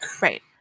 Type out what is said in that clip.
Right